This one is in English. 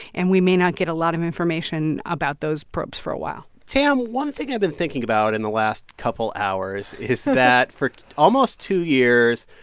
and we may not get a lot of information about those probes for a while tam, one thing i've been thinking about in the last couple hours is that for almost two years,